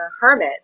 hermit